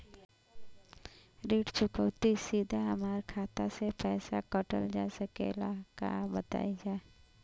ऋण चुकौती सीधा हमार खाता से पैसा कटल जा सकेला का बताई जा?